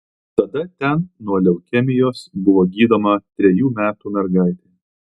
tada ten nuo leukemijos buvo gydoma trejų metų mergaitė